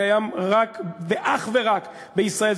קיים רק ואך ורק בישראל.